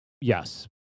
Yes